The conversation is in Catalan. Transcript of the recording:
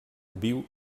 viu